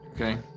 Okay